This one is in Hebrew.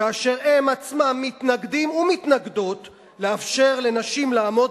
כאשר הם עצמם מתנגדים ומתנגדות לאפשר לנשים לעמוד